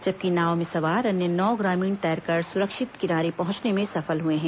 जबकि नाव में सवार अन्य नौ ग्रामीण तैरकर सुरक्षित किनारे पहुंचने में सफल हुए हैं